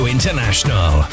International